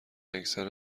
اکثر